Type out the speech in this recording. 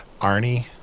Arnie